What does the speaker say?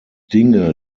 dinge